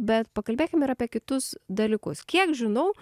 bet pakalbėkim ir apie kitus dalykus kiek žinau